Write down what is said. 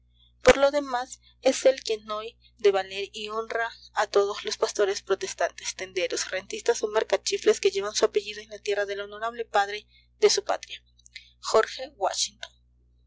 por lo demás es él quien hoy da valer y honra a todos los pastores protestantes tenderos rentistas o mercachifles que llevan su apellido en la tierra del honorable padre de su patria jorge washington